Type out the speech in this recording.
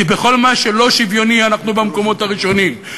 כי בכל מה שלא שוויוני אנחנו במקומות הראשונים,